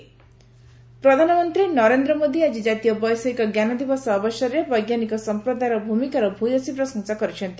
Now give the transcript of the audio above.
PM ପ୍ରଧାନମନ୍ତ୍ରୀ ନରେନ୍ଦ୍ର ମୋଦୀ ଆଜି ଜାତୀୟ ବୈଷୟିକ ଞ୍ଜାନ ଦିବସ ଅବସରରେ ବୈଜ୍ଞାନିକ ସଂପ୍ରଦାୟର ଭୂମିକାର ଭୟସୀ ପ୍ରଶଂସା କରିଛନ୍ତି